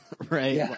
right